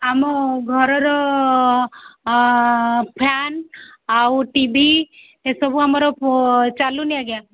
ଆମ ଘରର ଫ୍ୟାନ୍ ଆଉ ଟି ଭି ଏସବୁ ଆମର ଚାଲୁନି ଆଜ୍ଞା